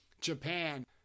Japan